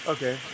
Okay